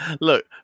look